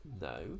No